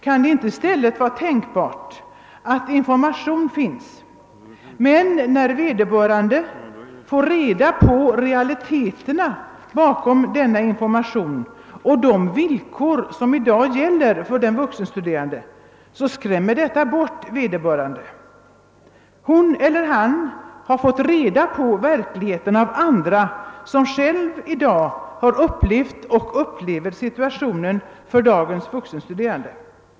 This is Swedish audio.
Kan det inte i stället vara tänkbart att information finns, men när vederbörande får reda på realiteterna bakom denna information och de villkor som i dag gäller för den vuxenstuderande, så skrämmer detta bort vederbörande? Hon eller han har fått reda på verkligheten av andra som själva har upplevt och upplever situa tionen för dagens vuxenstuderande.